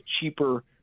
cheaper